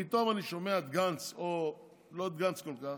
פתאום אני שומע את גנץ, לא את גנץ כל כך,